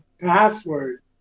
password